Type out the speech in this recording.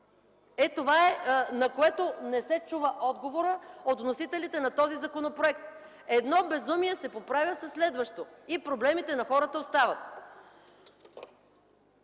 Това е, на което не се чува отговорът от вносителите на този законопроект. Едно безумие се поправя със следващо и проблемите на хората остават.